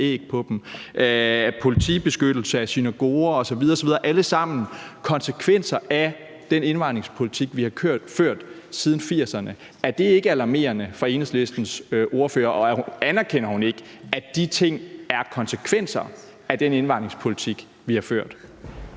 æg på dem, at der er politibeskyttelse af synagoger osv. osv., hvilket alt sammen er konsekvenser af den indvandringspolitik, vi har ført siden 1980'erne? Er det ikke alarmerende for Enhedslistens ordfører, og anerkender hun ikke, at de ting er konsekvenser af den indvandringspolitik, vi har ført?